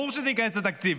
ברור שזה ייכנס לתקציב.